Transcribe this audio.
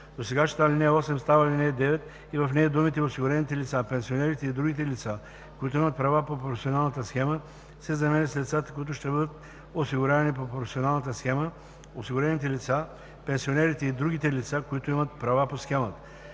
Досегашната ал. 8 става ал. 9 и в нея думите „осигурените лица, пенсионерите и другите лица, които имат права по професионалната схема“ се заменят с „лицата, които ще бъдат осигурявани по професионалната схема, осигурените лица, пенсионерите и другите лица, които имат права по схемата“.